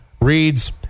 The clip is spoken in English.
reads